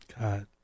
God